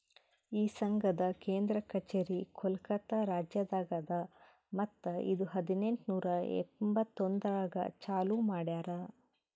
ಈ ಸಂಘದ್ ಕೇಂದ್ರ ಕಚೇರಿ ಕೋಲ್ಕತಾ ರಾಜ್ಯದಾಗ್ ಅದಾ ಮತ್ತ ಇದು ಹದಿನೆಂಟು ನೂರಾ ಎಂಬತ್ತೊಂದರಾಗ್ ಚಾಲೂ ಮಾಡ್ಯಾರ್